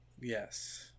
Yes